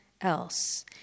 else